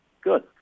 Good